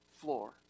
floor